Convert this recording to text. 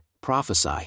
prophesy